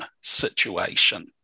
situation